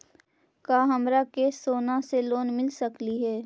का हमरा के सोना से लोन मिल सकली हे?